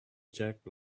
jack